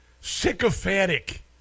sycophantic